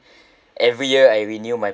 every year I renew my